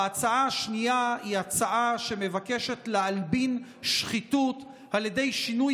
וההצעה השנייה היא הצעה שמבקשת להלבין שחיתות על ידי שינוי